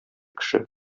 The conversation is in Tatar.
кеше